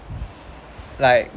like